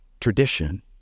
tradition